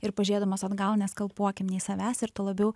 ir pažiūrėdamos atgal neskalpuokim nei savęs ir tuo labiau